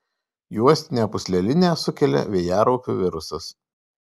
juostinę pūslelinę sukelia vėjaraupių virusas